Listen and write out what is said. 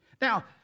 Now